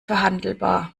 verhandelbar